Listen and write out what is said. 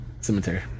cemetery